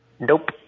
Nope